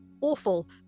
awful